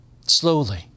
slowly